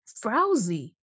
frowsy